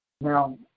Now